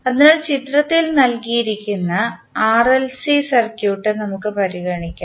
അതിനാൽ ചിത്രത്തിൽ നൽകിയിരിക്കുന്ന ആർഎൽസി സർക്യൂട്ട് നമുക്ക് പരിഗണിക്കാം